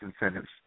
incentives